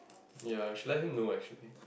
ya should let him know actually